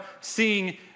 seeing